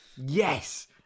yes